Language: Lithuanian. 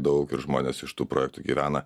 daug ir žmonės iš tų projektų gyvena